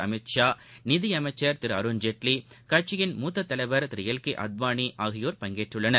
அமித்ஷா நிதியமைச்சர் திருஅருண்ஜேட்லி கட்சியின் மூத்ததலைவர் திருஎல் கேஅத்வானி ஆகியோர் பங்கேற்றுள்ளனர்